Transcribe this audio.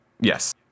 Yes